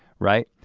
right.